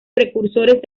precursores